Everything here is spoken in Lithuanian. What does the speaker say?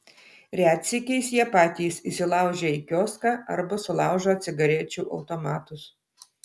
retsykiais jie patys įsilaužia į kioską arba sulaužo cigarečių automatus